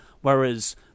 Whereas